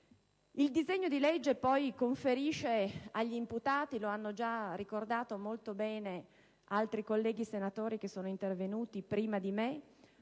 Il disegno di legge conferisce poi agli imputati - l'hanno già ricordato molto bene altri colleghi senatori che sono intervenuti prima di me